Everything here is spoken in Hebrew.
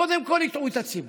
קודם כול הטעו את הציבור.